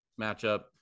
matchup